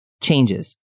changes